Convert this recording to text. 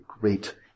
great